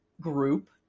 group